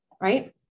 Right